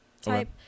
type